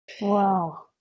Wow